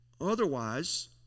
Otherwise